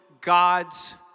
God's